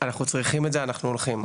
אנחנו צריכים את זה ואנחנו הולכים.